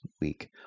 week